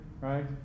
right